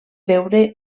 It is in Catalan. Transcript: veure